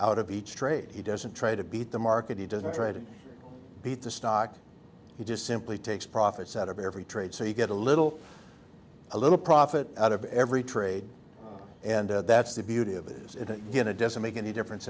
out of each trade he doesn't try to beat the market he doesn't try to beat the stock he just simply takes profits out of every trade so you get a little a little profit out of every trade and that's the beauty of it is it going it doesn't make any difference